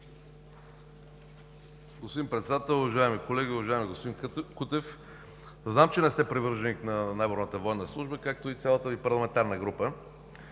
Господин Председател, уважаеми колеги! Уважаеми господин Кутев, знам, че не сте привърженик на наборната военна служба, както и цялата Ви парламентарна група.